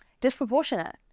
disproportionate